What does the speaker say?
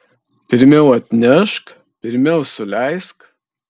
pirmiau atnešk pirmiau suleisk